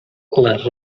les